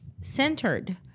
centered